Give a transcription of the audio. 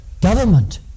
government